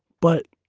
but